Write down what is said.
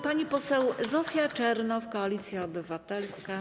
Pani poseł Zofia Czernow, Koalicja Obywatelska.